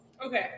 Okay